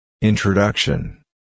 Introduction